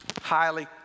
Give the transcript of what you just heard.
highly